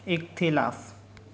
इक्तिलाफ़ु